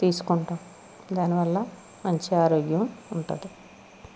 తీసుకుంటాం దాని వల్ల మంచి ఆరోగ్యం ఉంటుంది